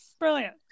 brilliant